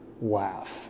laugh